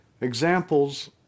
Examples